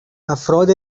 افراد